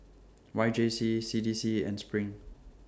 Y J C C D C and SPRING